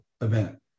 event